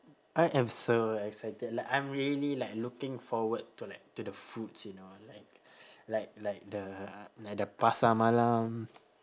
I am so excited like I'm really like looking forward to like to the foods you know like like like the like the pasar malam